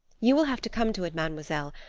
you will have to come to it, mademoiselle.